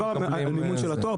מדובר על מימון של התואר,